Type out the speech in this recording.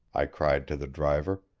i cried to the driver.